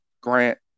Grant